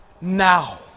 now